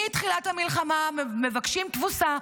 מתחילת המלחמה מבקשים תבוסה,